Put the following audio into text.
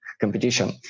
competition